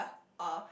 or